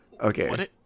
Okay